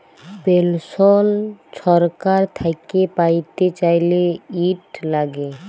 পেলসল ছরকার থ্যাইকে প্যাইতে চাইলে, ইট ল্যাগে